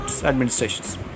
administrations